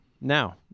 Now